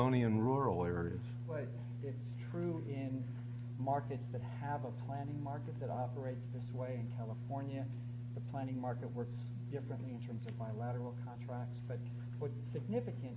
only in rural areas but it's true in markets that have a plan in markets that operate this way and california the planning market works differently in terms of my lateral contracts but with significant